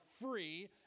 free